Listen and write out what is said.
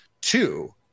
two